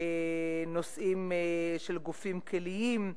נושאים של גופים כליים,